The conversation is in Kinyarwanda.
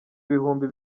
ibihumbi